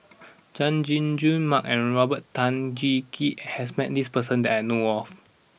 Chay Jung Jun Mark and Robert Tan Jee Keng has met this person that I know of